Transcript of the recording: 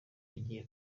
agiye